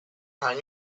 hang